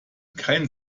kein